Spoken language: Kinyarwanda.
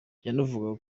yanavugaga